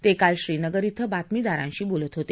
ते काल श्रीनगर कें बातमीदारांशी बोलत होते